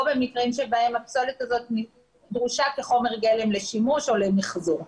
או במקרים שבהם הפסולת הזאת דרושה כחומר גלם לשימוש או למיחזור.